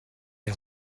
les